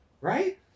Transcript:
right